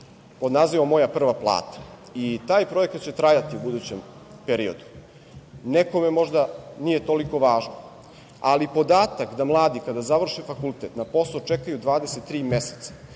pod nazivom „Moja prva plata“ i taj projekat će trajati u budućem periodu. Nekome možda nije toliko važno, ali podatak da mladi kada završe fakultet na posao čekaju 23 meseca